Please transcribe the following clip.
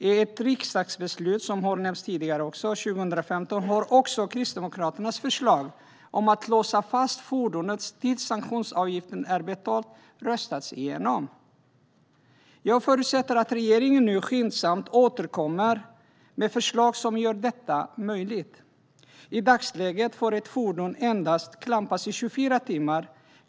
I ett riksdagsbeslut från 2015, som nämndes tidigare, har Kristdemokraternas förslag om att låsa fast fordonet tills sanktionsavgiften är betald röstats igenom. Jag förutsätter att regeringen nu skyndsamt återkommer med förslag som gör detta möjligt. I dagsläget får ett fordon endast klampas i 24 timmar.